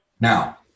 Now